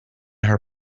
her